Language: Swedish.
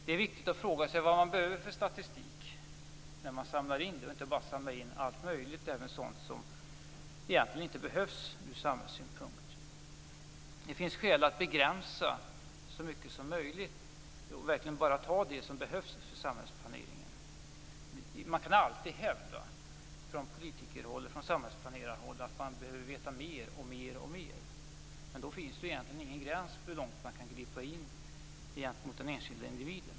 Det är viktigt att fråga sig vilken statistik som behövs. Det skall inte bara samlas in allt möjligt, även sådant som egentligen inte behövs ur samhällets synpunkt. Det finns skäl att begränsa så mycket som möjligt och bara ta fram det som behövs för samhällsplaneringen. Det går alltid att hävda från politiker och samhällsplanerarhåll att man behöver veta mer och mer. Då finns det egentligen ingen gräns för hur långt man kan gripa in mot den enskilda individen.